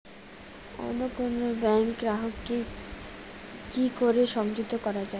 অন্য কোনো ব্যাংক গ্রাহক কে কি করে সংযুক্ত করা য়ায়?